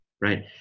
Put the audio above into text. right